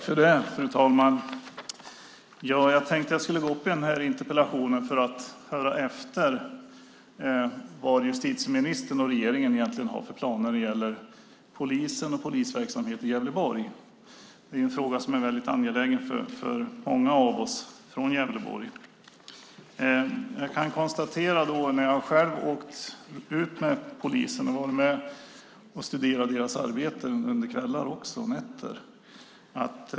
Fru talman! Jag tänkte att jag skulle delta i den här interpellationsdebatten för att höra efter vad justitieministern och regeringen egentligen har för planer när det gäller polisen och polisverksamheten i Gävleborg. Det är en fråga som är väldigt angelägen för många av oss från Gävleborg. Jag har själv åkt ut med polisen och varit med och studerat deras arbete under kvällar och nätter.